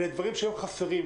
אלה דברים שהיום חסרים.